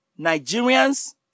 Nigerians